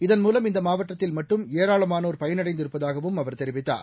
இதன் மூலம் இந்த மாவட்டத்தில் மட்டும் ஏராளமானோர் பயனடைந்திருப்பதாகவும் அவர் தெரிவித்தார்